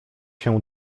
się